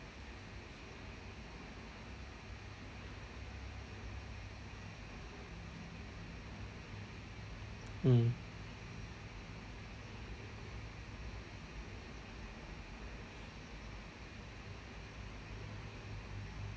mm